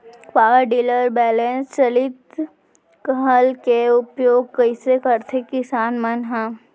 Power tiller बैलेंस चालित हल के उपयोग कइसे करथें किसान मन ह?